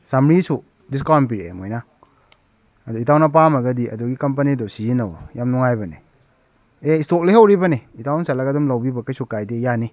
ꯆꯃꯔꯤꯁꯨ discount ꯄꯤꯔꯛꯏ ꯃꯣꯏꯅ ꯑꯗꯨ ꯏꯇꯥꯎꯅ ꯄꯥꯝꯃꯒꯗꯤ ꯑꯗꯨꯒꯤ ꯀꯝꯄꯅꯤꯗꯨ ꯁꯤꯖꯤꯟꯅꯧ ꯌꯥꯝꯅ ꯅꯨꯡꯉꯥꯏꯕꯅꯦ ꯑꯦ ꯏꯁꯇꯣꯛ ꯂꯩꯍꯧꯔꯤꯕꯅꯦ ꯏꯇꯥꯎꯅ ꯆꯠꯂꯒ ꯑꯗꯨꯝ ꯂꯧꯕꯤꯕ ꯀꯩꯁꯨ ꯀꯥꯏꯗꯦ ꯌꯥꯅꯤ